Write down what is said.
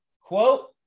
quote